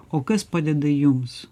o kas padeda jums